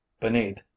Beneath